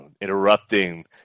interrupting